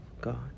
god